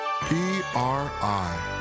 PRI